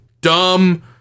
dumb